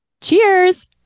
Cheers